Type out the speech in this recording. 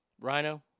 Rhino